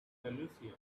andalusia